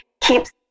keeps